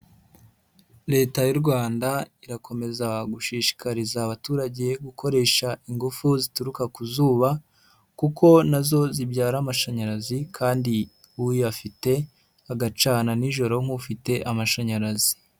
Leta y'u Rwanda irakomeza gushishikariza abaturage gukoresha ingufu zituruka ku zuba kuko na zo zibyara amashanyarazi kandi uyafite agacana nijoro nk'ufite amashanyarazi.